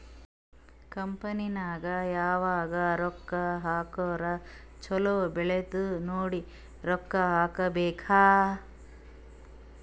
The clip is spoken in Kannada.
ಕಂಪನಿ ನಾಗ್ ಯಾವಾಗ್ ರೊಕ್ಕಾ ಹಾಕುರ್ ಛಲೋ ಬೆಳಿತ್ತುದ್ ನೋಡಿ ರೊಕ್ಕಾ ಹಾಕಬೇಕ್